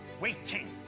waiting